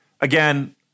Again